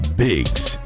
biggs